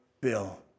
bill